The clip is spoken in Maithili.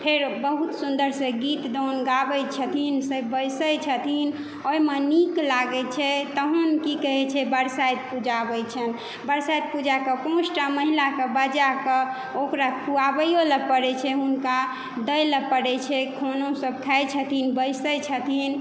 फेर बहुत सुन्दर से गीत गाउन गाबै छथिन सब बैसे छथिन ओहिमे नीक लागै छै तहन की कहै छै बरसाइत पूजा होइ छै बरसाइत पूजाके पाँच टा महिलाके बजा कऽ ओकरा खुआबैयो लए पड़ै छै हुनका दै लए पड़ै छै खाना सब खाए छथिन बैसै छथिन